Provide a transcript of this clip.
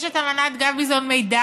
יש את אמנת גביזון-מדן,